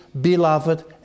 beloved